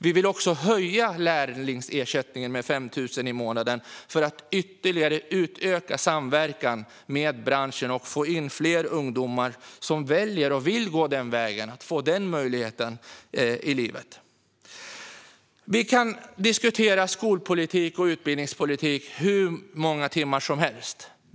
Vi vill också höja lärlingsersättningen med 5 000 kronor i månaden för att ytterligare utöka samverkan med branschen och få in fler ungdomar som väljer att gå den vägen och få denna möjlighet i livet. Vi kan diskutera skolpolitik och utbildningspolitik hur många timmar som helst.